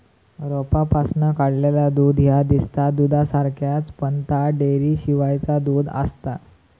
रोपांपासून काढलेला दूध ह्या दिसता दुधासारख्याच, पण ता डेअरीशिवायचा दूध आसता